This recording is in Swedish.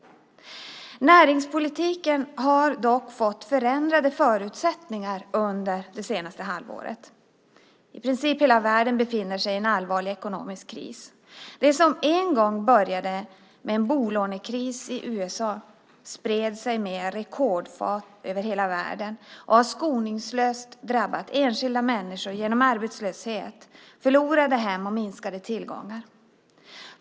Näringspolitiken har dock fått förändrade förutsättningar under det senaste halvåret. I princip hela världen befinner sig i en allvarlig ekonomisk kris. Det som en gång började med en bolånekris i USA spred sig med rekordfart över hela världen och har skoningslöst drabbat enskilda människor genom arbetslöshet, förlorade hem och minskade tillgångar.